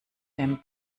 dem